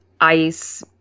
Ice